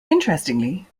interestingly